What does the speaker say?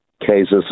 cases